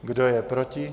Kdo je proti?